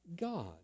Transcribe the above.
God